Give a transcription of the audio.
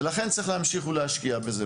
ולכן צריך להמשיך ולהשקיע בזה.